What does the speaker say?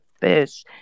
fish